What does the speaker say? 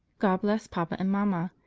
god bless papa and mamma.